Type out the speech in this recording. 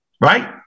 right